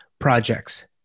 projects